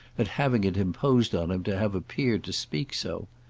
at having it imposed on him to have appeared to speak so.